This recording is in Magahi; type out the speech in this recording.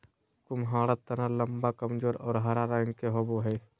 कुम्हाडा तना लम्बा, कमजोर और हरा रंग के होवो हइ